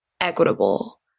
equitable